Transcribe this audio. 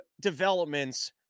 developments